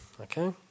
okay